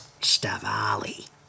Stavali